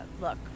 look